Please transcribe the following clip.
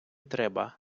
треба